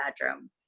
bedroom